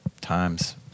times